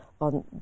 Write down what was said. on